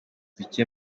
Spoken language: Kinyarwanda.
duke